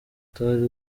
utari